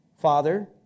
Father